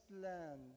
land